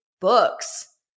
books